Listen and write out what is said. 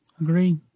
agree